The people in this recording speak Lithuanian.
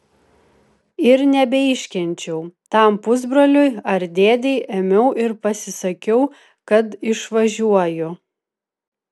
ir nebeiškenčiau tam pusbroliui ar dėdei ėmiau ir pasisakiau kad išvažiuoju